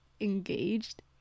engaged